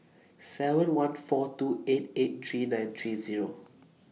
seven one four two eight eight three nine three Zero